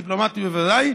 דיפלומטית בוודאי,